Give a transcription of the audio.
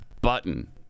button